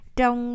Trong